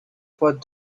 for